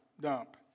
dump